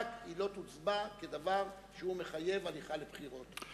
רק היא לא תוצבע כדבר שמחייב הליכה לבחירות.